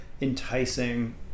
enticing